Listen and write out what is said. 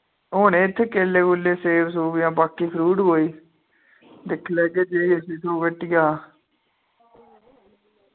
होने इत्थे केले कुले सेब सूब यां बाकि फ्रूट कोई दिक्खी लैगे जे जे किश होग हट्टिया